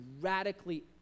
radically